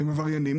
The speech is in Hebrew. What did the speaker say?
הם עבריינים